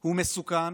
הוא מסוכן.